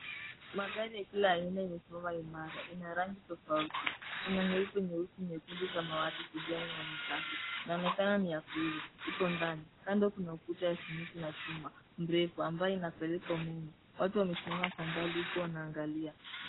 Magari ya kila aina imesimamama imara. Ina rangi tofauti, kuna nyeupe, nyeusi, nyekundu, samawati, kijani na ni safi. Inaonekana ni ya kuuza, iko ndani. Kando kuna ukuta ya simiti na chuma mrefu ambayo inapeleka umeme. Watu wamesimama kwa mbali huku wanaangalia.